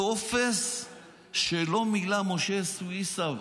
טופס שלא מילא משה סויסה,